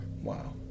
Wow